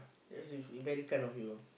that is is very kind of you